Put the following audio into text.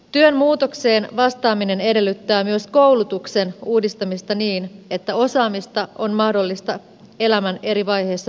työn muutokseen vastaaminen edellyttää myös koulutuksen uudistamista niin että osaamista on mahdollista elämän eri vaiheissa päivittää